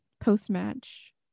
post-match